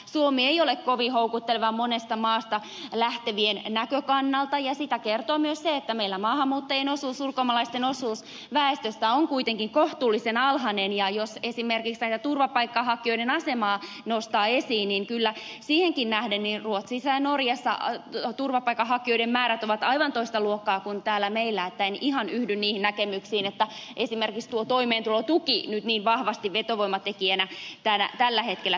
suomi ei ole kovin houkutteleva monien maasta lähtevien näkökannalta ja siitä kertoo myös se että meillä maahanmuuttajien osuus ulkomaalaisten osuus väestöstä on kuitenkin kohtuullisen alhainen ja jos esimerkiksi turvapaikkahakijoiden asemaa nostaa esiin niin kyllä siihenkin nähden ruotsissa ja norjassa turvapaikanhakijoiden määrät ovat aivan toista luokkaa kuin täällä meillä joten en ihan yhdy niihin näkemyksiin että esimerkiksi tuo toimeentulotuki nyt niin vahvasti vetovoimatekijänä täällä tällä hetkellä toimisi